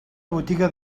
botiga